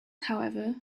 however